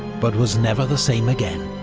but was never the same again.